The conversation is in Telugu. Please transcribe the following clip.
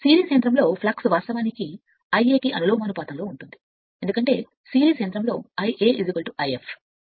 సిరీస్ యంత్రం ఫ్లక్స్ కోసం వాస్తవానికి Ia కు అనులోమానుపాతంలో ఉంటుంది ఎందుకంటే సిరీస్ యంత్రం Ia If